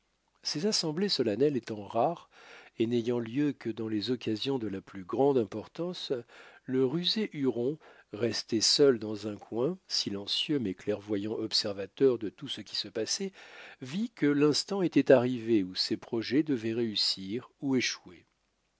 ces assemblées solennelles étant rares et n'ayant lieu que dans les occasions de la plus grande importance le rusé huron resté seul dans un coin silencieux mais clairvoyant observateur de tout ce qui se passait vit que l'instant était arrivé où ses projets devaient réussir ou échouer